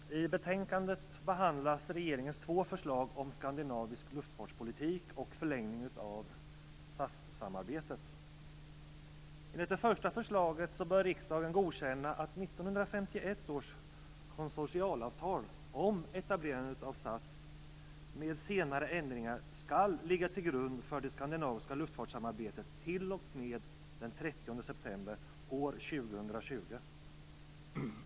Herr talman! I betänkandet behandlas regeringens två förslag om skandinavisk luftfartspolitik och förlängning av SAS-samarbetet. Enligt det första förslaget bör riksdagen godkänna att 1951 års konsortialavtal, om etablerandet av SAS, med senare ändringar skall ligga till grund för det skandinaviska luftfartssamarbetet t.o.m. den 30 september år 2020.